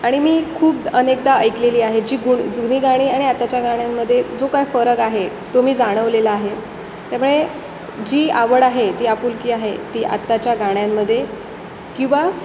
आणि मी खूप अनेकदा ऐकलेली आहे जी गुण जुनी गाणी आणि आताच्या गाण्यांमध्ये जो काय फरक आहे तो मी जाणवलेला आहे त्यामुळे जी आवड आहे ती आपुलकी आहे ती आत्ताच्या गाण्यांमध्ये किंवा